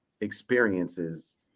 experiences